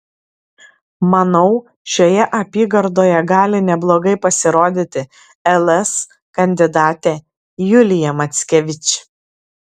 manau šioje apygardoje gali neblogai pasirodyti ls kandidatė julija mackevič